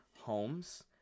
homes